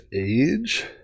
age